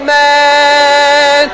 man